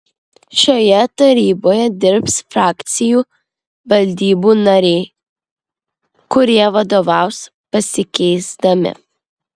šioje taryboje dirbs frakcijų valdybų nariai kurie vadovaus pasikeisdami